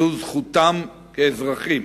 זאת זכותם כאזרחים.